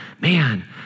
man